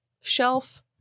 shelf